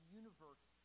universe